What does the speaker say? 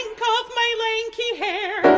and called my lane key here.